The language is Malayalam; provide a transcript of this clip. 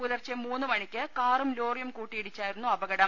പുലർച്ചെ മൂന്ന് മണിക്ക് കാറും ലോറിയും കൂട്ടിയിടിച്ചായിരുന്നു അപകടം